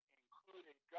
included